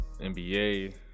NBA